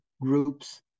groups